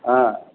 ह